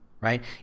right